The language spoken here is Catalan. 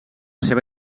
seva